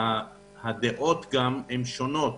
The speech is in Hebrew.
הדעות לגבי קיצור תורנות הן שונות